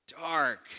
dark